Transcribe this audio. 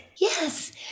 Yes